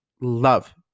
love